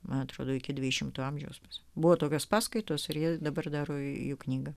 man atrodo iki dvidešimto amžiaus buvo tokios paskaitos ir jie dabar daro jų knygą